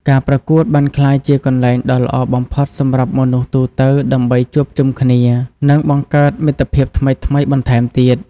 ការប្រកួតបានក្លាយជាកន្លែងដ៏ល្អបំផុតសម្រាប់មនុស្សទូទៅដើម្បីជួបជុំគ្នា និងបង្កើតមិត្តភាពថ្មីៗបន្ថែមទៀត។